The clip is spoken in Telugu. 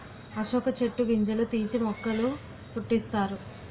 అశోక చెట్టు గింజలు తీసి మొక్కల పుట్టిస్తారు